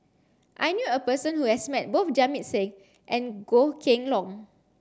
I knew a person who has met both Jamit Singh and Goh Kheng Long